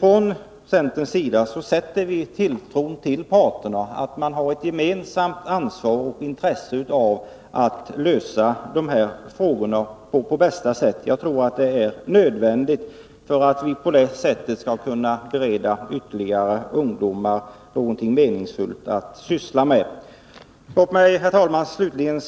Men från centerns sida har vi tilltro till parterna. Vi hoppas att man har ett gemensamt ansvar och intresse när det gäller att lösa Nr 54 de här frågorna på bästa sätt. Jag tror att det är nödvändigt för att vi skall Fredagen den kunna erbjuda fler ungdomar något meningsfullt att syssla med. 17 december 1982 Låt mig, herr talman, slutligen